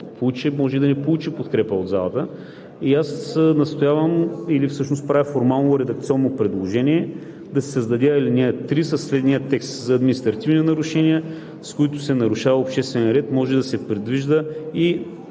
може и да не получи подкрепа от залата. Затова правя формално редакционно предложение да се създаде ал. 3 със следния текст: „За административни нарушения, с които се нарушава обществения ред може да се предвижда и